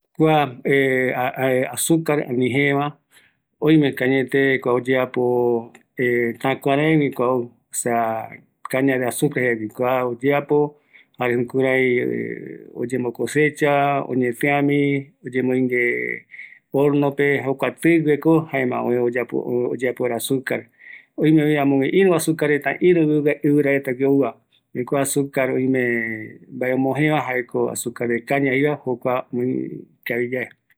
Kua azucar jaeko ou täkuäregui, oïmevi azucar oyeapo ɨvɨra ia guiva, kuareta ko oïme ifabrica, kutɨ kiraiko jae reta guinoe azucar, mbaetɨ aesa, jare aikua